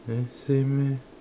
eh same eh